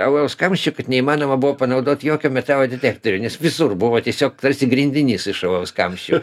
alaus kamščių kad neįmanoma buvo panaudot jokio metalo detektorių nes visur buvo tiesiog tarsi grindinys iš alaus kamščių